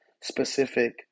specific